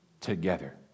together